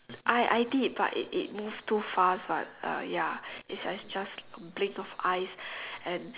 I I did but it it move too fast what uh ya it's as just blink of eyes and